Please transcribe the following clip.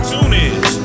TuneIn